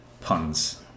puns